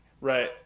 right